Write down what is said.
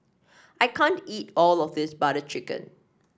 I can't eat all of this Butter Chicken